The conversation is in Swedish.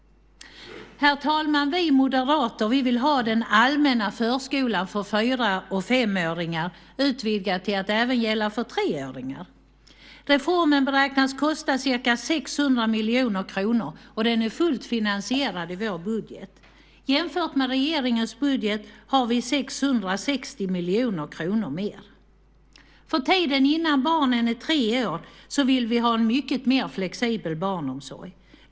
Herr talman! Vi moderater vill ha den allmänna förskolan för fyra och femåringar utvidgad till att även gälla för treåringar. Reformen beräknas kosta ca 600 miljoner kronor, och den är fullt finansierad i vår budget. Jämfört med regeringens budget föreslår vi 660 miljoner kronor mer. För tiden innan barnen är tre år vill vi ha en mycket mer flexibel omsorg.